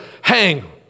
hang